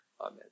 Amen